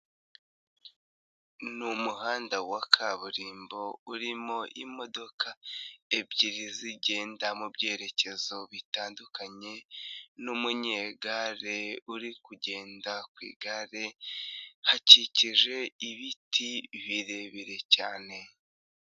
Ni umuhanda wa kaburimbo urimo imodoka ebyiri zigenda mu byerekezo bitandukanye n'umunyegare uri kugenda ku igare, hakikije ibiti birebire cyane.